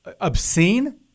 obscene